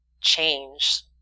change